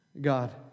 God